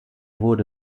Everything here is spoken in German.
wurde